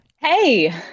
Hey